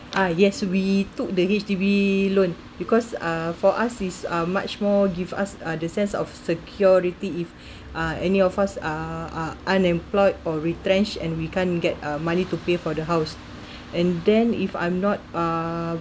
ah yes we took the H_D_B loan because uh for us is uh much more give us uh the sense of security if uh any of us are unemployed or retrenched and we can't get uh money to pay for the house and then if I'm not uh